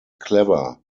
clever